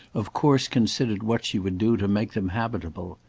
of course considered what she would do to make them habitable.